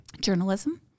Journalism